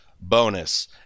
bonus